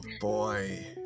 boy